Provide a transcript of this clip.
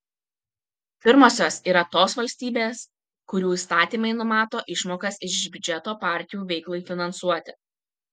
pirmosios yra tos valstybės kurių įstatymai numato išmokas iš biudžeto partijų veiklai finansuoti